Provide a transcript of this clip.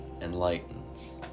Enlightens